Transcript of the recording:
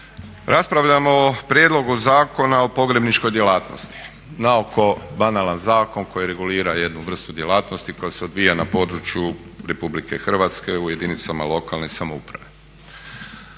Raspravljamo o Prijedlogu zakona o pogrebničkoj djelatnosti, naoko banalan zakon koji regulira jednu vrstu djelatnosti koja se odvija na području Republike Hrvatske u jedinicama lokalne samouprave.